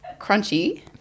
crunchy